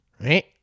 Right